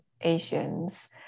Asians